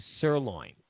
sirloin